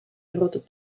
grote